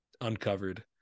uncovered